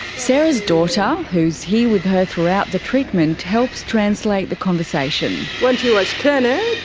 sarah's daughter, who's here with her throughout the treatment, helps translate the conversation. when she was ten.